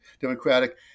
Democratic